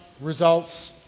Results